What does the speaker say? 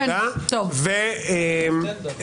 טלי, תודה.